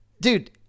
Dude